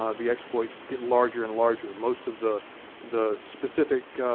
um the exploits get larger and larger. most of the the specific,